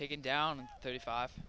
taken down thirty five